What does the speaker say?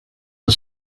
the